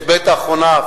יש בעת האחרונה,